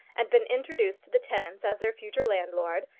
and been introduced to the tenants as their future landlord,